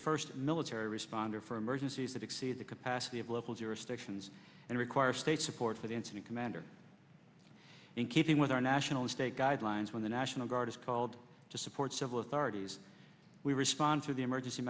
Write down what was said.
first military responder for emergencies that exceed the capacity of local jurisdictions and requires state support for the incident commander in keeping with our national state guidelines when the national guard is called to support civil authorities we respond to the emergency